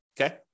okay